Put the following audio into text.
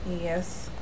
yes